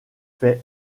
fait